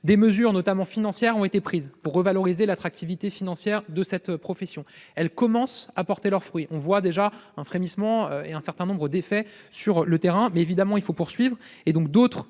Des mesures, notamment financières, ont été prises pour revaloriser l'attractivité financière de cette profession. Elles commencent à porter leurs fruits, produisant déjà un frémissement visible et un certain nombre d'effets sur le terrain. Conscients qu'il nous